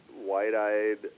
wide-eyed